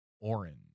orange